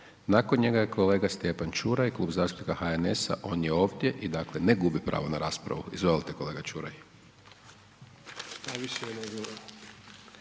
Nakon njega je kolega Stjepan Čuraj, Klub zastupnika HNS-a, on je ovdje i dakle ne gubi pravo na raspravu, izvolite kolega Čuraj.